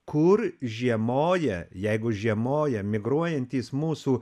kur žiemoja jeigu žiemoja migruojantys mūsų